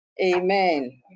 Amen